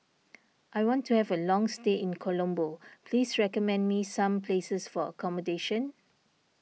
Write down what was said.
I want to have a long stay in Colombo please recommend me some places for accommodation